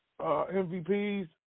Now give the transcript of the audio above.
MVPs